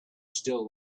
still